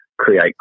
create